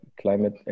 climate